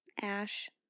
Ash